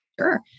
Sure